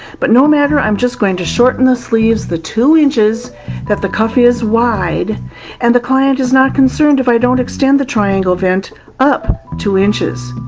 but no matter, i'm just going to shorten the sleeves the two inches that the cuff is wide and the client is not concerned if i don't extend the triangle vent up two inches.